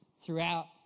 throughout